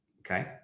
Okay